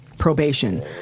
probation